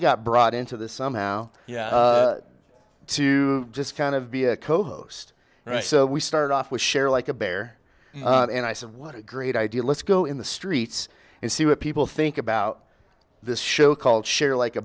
got brought into this somehow to just kind of be a co host and i so we started off with share like a bear and i said what a great idea let's go in the streets and see what people think about this show called share like a